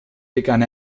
begann